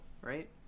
right